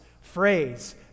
phrase